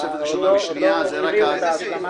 תוספות הראשונה והשנייה זה רק להצבעה.